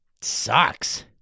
Sucks